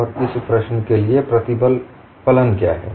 और इस प्रश्न के लिए प्रतिबल फलन क्या है